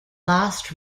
last